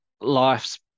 life's